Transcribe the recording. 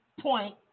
point